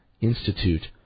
institute